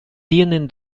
tienen